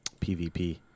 pvp